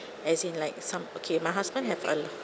as in like some okay my husband have a